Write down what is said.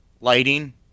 Lighting